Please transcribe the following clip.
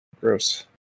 Gross